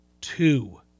Two